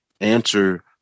answer